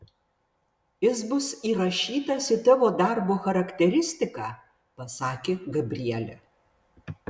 jis bus įrašytas į tavo darbo charakteristiką pasakė gabrielė